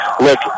look